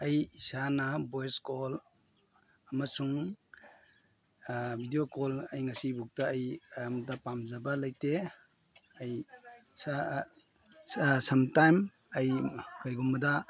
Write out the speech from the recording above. ꯑꯩ ꯏꯁꯥꯅ voice call ꯑꯃꯁꯨꯡ ꯕꯤꯗꯤꯑꯣ ꯀꯣꯜ ꯑꯩ ꯉꯁꯤꯕꯨꯛꯇ ꯑꯩ ꯑꯩ ꯑꯝꯇ ꯄꯥꯝꯖꯕ ꯂꯩꯇꯦ ꯑꯩ ꯁꯝꯇꯥꯏꯝ ꯑꯩ ꯀꯔꯤꯒꯨꯝꯕꯗ